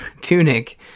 Tunic